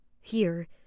Here